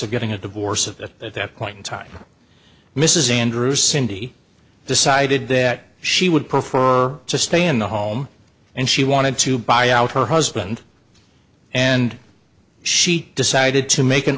of getting a divorce of that point in time mrs andrews cindy decided that she would prefer to stay in the home and she wanted to buy out her husband and she decided to make an